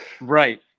right